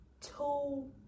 two